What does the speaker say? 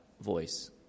voice